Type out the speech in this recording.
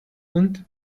und